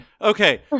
Okay